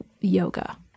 yoga